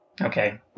Okay